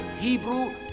Hebrew